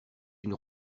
une